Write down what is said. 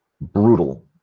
brutal